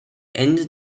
ende